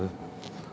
cause got offer